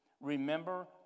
Remember